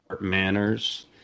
manners